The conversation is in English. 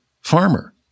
farmer